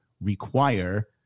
require